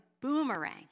boomerang